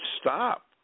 stop